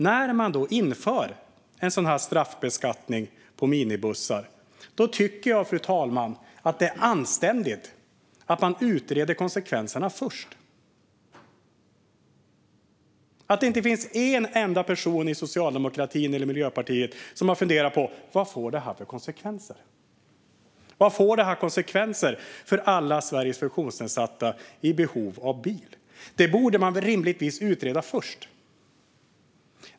När man inför en straffbeskattning på minibussar tycker jag, fru talman, att det anständiga vore att utreda konsekvenserna först. Det verkar inte ha funnits en enda person inom socialdemokratin eller i Miljöpartiet som har funderat på vad detta får för konsekvenser. Vad får det för konsekvenser för Sveriges alla funktionsnedsatta i behov av bil? Det borde man rimligtvis ha utrett först.